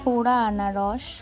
কোড়া আনারস